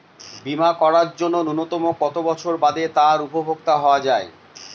বীমা করার জন্য ন্যুনতম কত বছর বাদে তার উপভোক্তা হওয়া য়ায়?